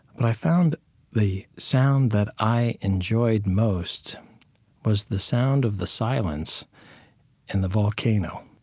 but i found the sound that i enjoyed most was the sound of the silence in the volcano.